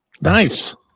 Nice